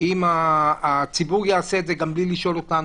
אם הציבור יעשה את זה גם בלי לשאול אותנו.